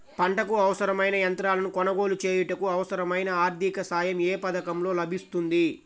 పంటకు అవసరమైన యంత్రాలను కొనగోలు చేయుటకు, అవసరమైన ఆర్థిక సాయం యే పథకంలో లభిస్తుంది?